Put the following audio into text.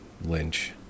Lynch